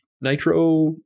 nitro